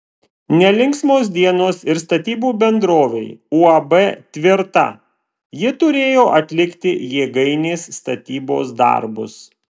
nelinksmos dienos ir statybų bendrovei uab tvirta ji turėjo atlikti jėgainės statybos darbus